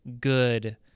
good